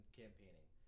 campaigning